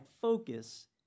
focus